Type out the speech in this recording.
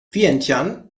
vientiane